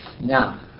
now